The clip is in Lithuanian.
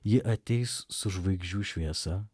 ji ateis su žvaigždžių šviesa